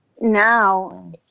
now